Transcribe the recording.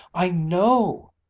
i know!